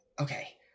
okay